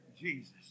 Jesus